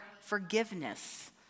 forgiveness